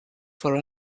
for